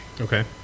Okay